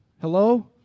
Hello